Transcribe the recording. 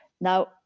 now